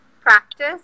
practice